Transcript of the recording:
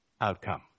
outcome